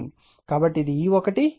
కాబట్టి ఇది E1 E2